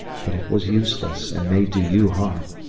but it was useless and may do you harm.